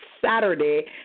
Saturday